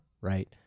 right